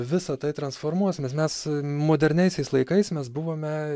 visa tai transformuosimės mes moderniaisiais laikais mes buvome